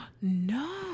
No